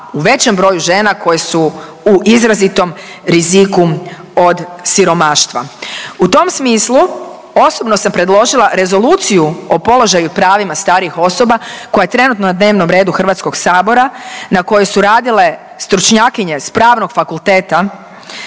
u većem broju žena koje su u izrazitom riziku od siromaštva. U tom smislu osobno sam predložila Rezoluciju o položaju i pravima starijih osoba koja je trenutno na dnevnom redu HS na kojoj su radile stručnjakinje s Pravnog fakulteta